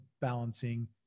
balancing